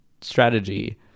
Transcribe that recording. strategy